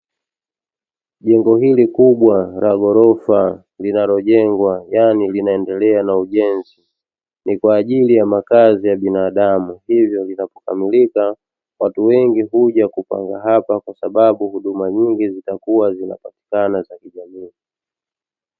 Jengo hili kubwa la ghorofa linalojengwa yaani inaendelea na ujenzi, ni kwa ajili ya makazi ya binadamu hivyo linapokamilika watu wengi huja kupanga hapa kwa sababu huduma nyingi zitakuwa zinapatikana za kijamii.